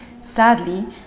sadly